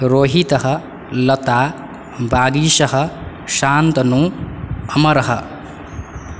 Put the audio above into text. रोहीतः लता वागीशः शान्तनु अमरः